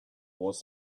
was